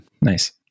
nice